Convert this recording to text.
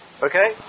Okay